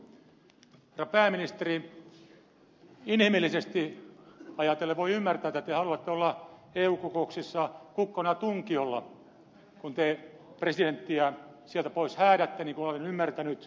herra pääministeri inhimillisesti ajatellen voi ymmärtää että te haluatte olla eu kokouksissa kukkona tunkiolla kun te presidenttiä sieltä pois häädätte niin kuin olen ymmärtänyt